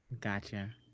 gotcha